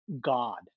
god